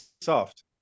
soft